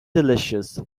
delicious